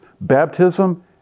Baptism